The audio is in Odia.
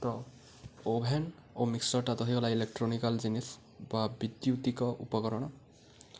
ତ ଓଭେନ୍ ଓ ମିକ୍ସରଟା ଦହିଗଲା ଇଲେକ୍ଟ୍ରୋନିକାଲ୍ ଜିନିଷ୍ ବା ବିଦ୍ୟୁତିକ ଉପକରଣ